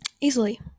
easily